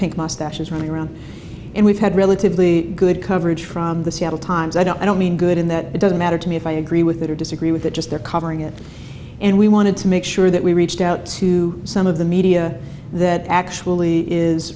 pick mustaches running around and we've had relatively good coverage from the seattle times i don't i don't mean good in that it doesn't matter to me if i agree with it or disagree with it just they're covering it and we wanted to make sure that we reached out to some of the media that actually is